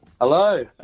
Hello